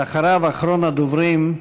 ואחריו, אחרון הדוברים,